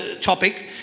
topic